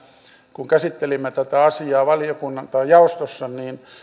kun käsittelimme tätä asiaa jaostossa